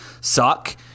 suck